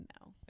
no